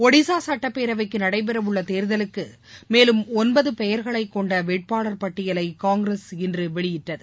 ஒடிசா சுட்டப்பேரவைக்கு நடைபெறவுள்ள தேர்தலுக்கு மேலும் ஒன்பது பெயர்களை கொண்ட வேட்பாளர் பட்டியலை காங்கிரஸ் இன்று வெளியிட்டது